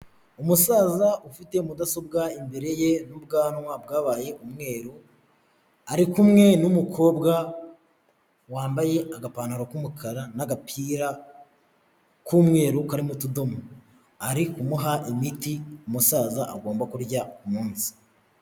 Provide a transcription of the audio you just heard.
Umusaza ufite mudasobwa imbere ye, n'ubwanwa bwabaye umweru, ari kumwe n'umukobwa wambaye agapantaro k'umukara, n'agapira k'umweru karimo utudomo. Ari kumuha imiti umusaza agomba kurya ku munsi.